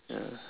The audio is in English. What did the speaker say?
yeah